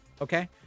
okay